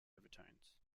overtones